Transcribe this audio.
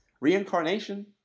Reincarnation